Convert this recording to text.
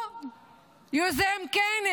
הוא יוזם כנס